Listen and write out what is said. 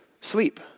sleep